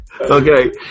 Okay